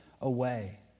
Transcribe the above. away